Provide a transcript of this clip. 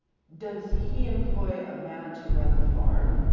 does he employ a man to run the farm?